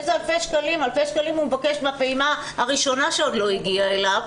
אלפי שקלים הוא מבקש בפעימה הראשונה שעוד לא הגיעה אליו,